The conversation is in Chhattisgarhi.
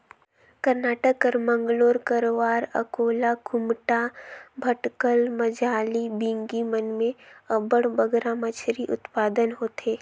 करनाटक कर मंगलोर, करवार, अकोला, कुमटा, भटकल, मजाली, बिंगी मन में अब्बड़ बगरा मछरी उत्पादन होथे